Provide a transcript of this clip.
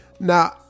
Now